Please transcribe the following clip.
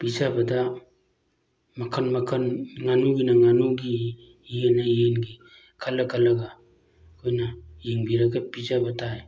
ꯄꯤꯖꯕꯗ ꯃꯈꯜ ꯃꯈꯜ ꯉꯥꯅꯨꯒꯤꯅ ꯉꯥꯅꯨꯒꯤ ꯌꯦꯟꯅ ꯌꯦꯟꯒꯤ ꯈꯜꯂ ꯈꯜꯂꯒ ꯑꯩꯈꯣꯏꯅ ꯌꯦꯡꯕꯤꯔꯒ ꯄꯤꯖꯕ ꯇꯥꯏ